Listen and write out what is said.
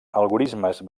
algorismes